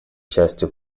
частью